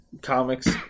comics